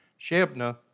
Shebna